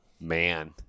man